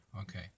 Okay